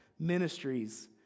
ministries